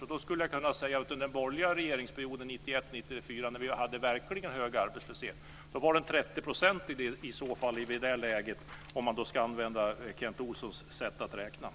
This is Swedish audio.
Under den borgerliga regeringsperioden 1991-1994 hade vi verkligen hög arbetslöshet. Om jag skulle använda Kent Olssons sätt att räkna var den i det läget 30 %.